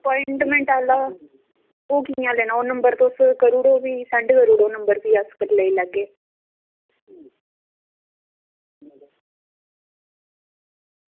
appointment आह्ला ओह् कियां लैना ओह् नंबर तुस करी ओड़ेओ भी मिगी सेंड करी ओड़ेओ र भी करी लैग